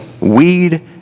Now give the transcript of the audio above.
weed